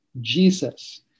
Jesus